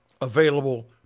available